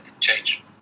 change